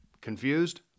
confused